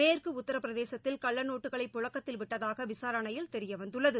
மேற்கு உத்திரபிரதேசத்தில் கள்ளநோட்டுகளை புழக்கத்தில் விட்டதாக விசாரணையில் தெரியவந்துள்ளது